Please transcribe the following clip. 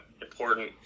important